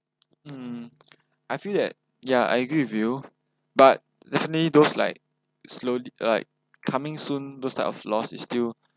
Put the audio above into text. hmm I feel that ya I agree with you but definitely those like slowly like coming soon those type of loss is still